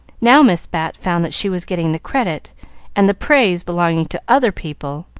now miss bat found that she was getting the credit and the praise belonging to other people,